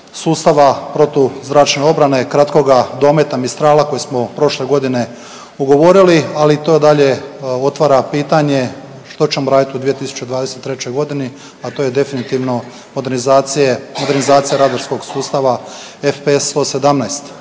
sustava protuzračne obrane kratkoga dometa Mistrala koji smo prošle godine ugovorili, ali to dalje otvara pitanje što ćemo raditi u 2023. godini, a to je definitivno modernizacija radarskog sustava FP117